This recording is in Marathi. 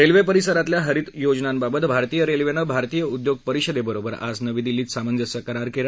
रेल्वे परिसरातल्या हरित योजनंबाबत भारतीय रेल्वेनं भारतीय उद्योग परिषदेबरोबर आज नवी दिल्लीत सामंजस्य करार केला